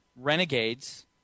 Renegades